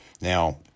Now